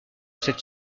cette